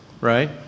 right